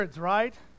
right